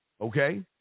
okay